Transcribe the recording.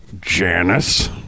Janice